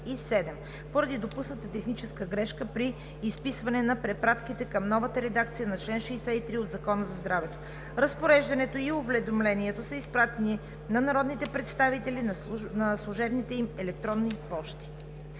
7“, поради допусната техническа грешка при изписване на препратките към новата редакция на чл. 63 от Закона за здравето. Разпореждането и уведомлението са изпратени на народните представители на служебните им електронни пощи.